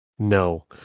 no